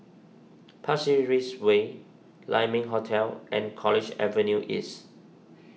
Pasir Ris Way Lai Ming Hotel and College Avenue East